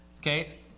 Okay